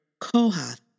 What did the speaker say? kohath